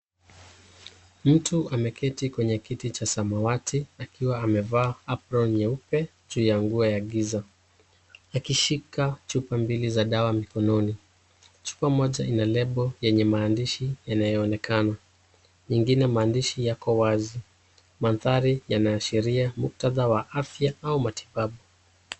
Mtu ameketi kwenye kiti cha samawati akiwa amevaa aproni nyeupe juu ya nguo ya giza, akishika chupa mbili za dawa mikononi ,chupa moja ina lebo yenye maandihi yanayoonekana, nyingine maandishi yako wazi mandhari yanaashiria muktadha wa afya au matibabu.